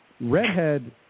redhead